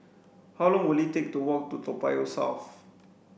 how long will it take to walk to Toa Payoh South